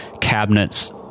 cabinets